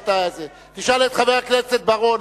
תשאל את חבר הכנסת בר-און,